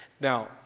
Now